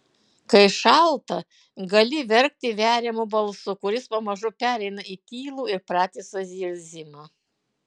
kai šalta gali verkti veriamu balsu kuris pamažu pereina į tylų ir pratisą zirzimą